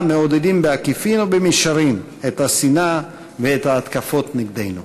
מעודדים בעקיפין ובמישרין את השנאה ואת ההתקפות נגדנו.